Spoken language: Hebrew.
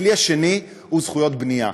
הכלי השני הוא זכויות בנייה,